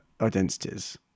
identities